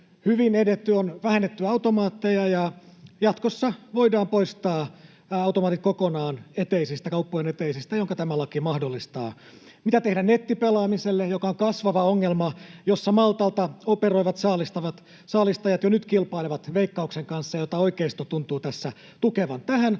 hyvin edetty. On vähennetty automaatteja, ja jatkossa voidaan poistaa automaatit kokonaan kauppojen eteisistä, minkä tämä laki mahdollistaa. Mitä tehdä nettipelaamiselle, joka on kasvava ongelma, jossa Maltalta operoivat saalistajat jo nyt kilpailevat Veikkauksen kanssa, mitä oikeisto tuntuu tässä tukevan? Tähän